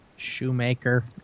Shoemaker